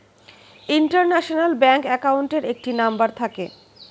international bank অ্যাকাউন্টের একটি number থাকে